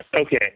Okay